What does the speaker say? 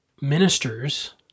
ministers